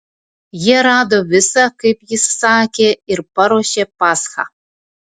jie rado visa kaip jis sakė ir paruošė paschą